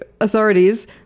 authorities